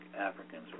Africans